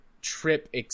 trip